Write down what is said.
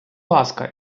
ласка